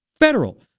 federal